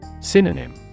Synonym